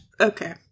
Okay